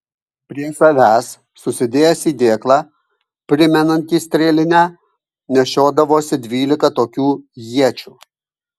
prie savęs susidėjęs į dėklą primenantį strėlinę nešiodavosi dvylika tokių iečių